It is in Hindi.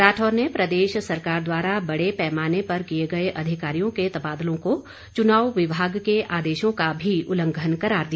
राठौर ने प्रदेश सरकार द्वारा बड़े पैमाने पर किए गए अधिकारियों के तबादलों को चुनाव विभाग के आदेशों का भी उल्लंघन करार दिया